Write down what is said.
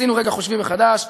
עשינו רגע חושבים מחדש,